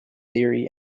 theory